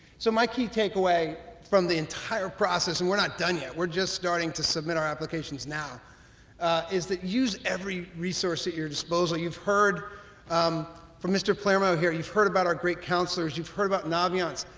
so my key takeaway from the entire process and we're not done yet. we're just starting to submit our applications now is that use every resource at your disposal. you've heard um from mr. palermo here. you've heard about our great counselors. you've heard about naviance.